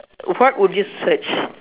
what would you search